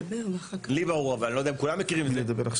אמנם זה ברור אבל אני לא יודע אם כולם מכירים את הדינמיקה